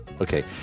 okay